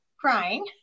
crying